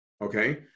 Okay